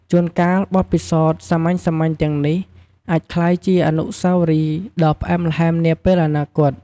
ជួនកាល បទពិសោធន៍សាមញ្ញៗទាំងនេះអាចក្លាយជាអនុស្សាវរីយ៍ដ៏ផ្អែមល្ហែមនាពេលអនាគត។